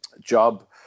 job